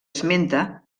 esmenta